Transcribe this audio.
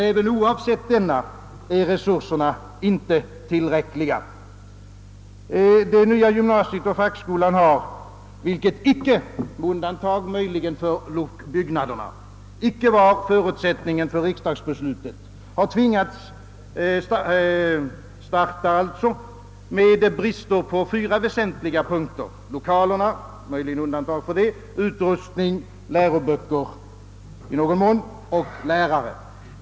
Även oavsett denna är resurserna inte tillräckliga. Det nya gymnasiet och fackskolan har — vilket icke var förutsättningen för riksdagsbeslutet — tvingats starta med brister på fyra väsentliga punkter: lokaler, om de inte möjligen skall undantagas, utrustning, i någon mån läroböcker och lärare.